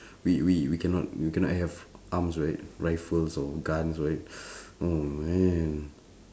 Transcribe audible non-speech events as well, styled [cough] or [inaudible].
[breath] we we cannot we cannot have arms right rifles or guns right [breath] oh man